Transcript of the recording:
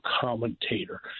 commentator